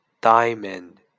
diamond